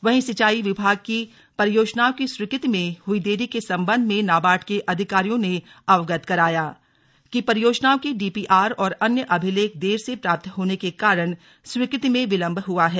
वहीं सिंचाई विभाग की परियोजनाओं की स्वीकृति में हुई देरी के सम्बन्ध में नाबार्ड के अधिकारियों ने अवगत कराया कि कुछ परियोजनाओं के डीपीआर और अन्य अभिलेख देर से प्राप्त होने के कारण स्वीकृति में विलम्ब हुआ है